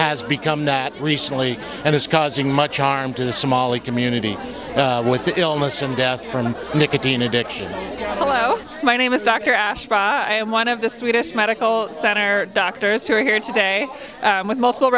has become that recently and it's causing much harm to the somali community with the illness and death from nicotine addiction hello my name is dr ashraf i am one of the sweetest medical center doctors who are here today with multiple